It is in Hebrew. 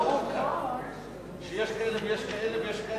אתה אומר שיש כאלה ויש כאלה.